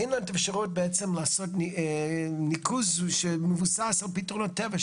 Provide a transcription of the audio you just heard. אין לנו את האפשרות בעצם לעשות ניקוז שמבוסס על פתרונות טבע,